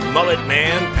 Mulletman